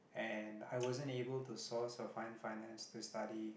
and I wasn't able to source or find finance to study